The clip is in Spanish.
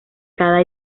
cada